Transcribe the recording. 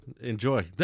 Enjoy